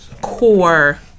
core